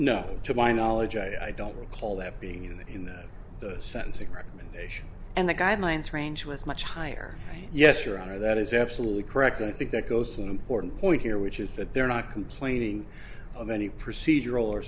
no to my knowledge i don't recall that being in that in that sense of recommendation and the guidelines range was much higher yes your honor that is absolutely correct i think that goes an important point here which is that they're not complaining of any procedural or